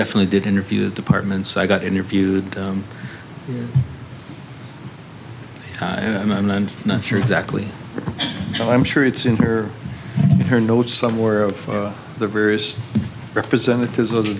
definitely did interview departments i got interviewed and not sure exactly so i'm sure it's in her and her notes somewhere of the various representatives of the